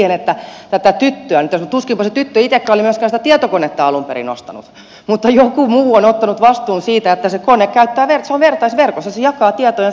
tuskinpa se tyttö itsekään oli myöskään sitä tietokonetta alun perin ostanut mutta joku muu on ottanut vastuun siitä että se kone on vertaisverkossa se jakaa tietojansa eteenpäin